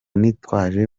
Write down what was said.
ntitwaje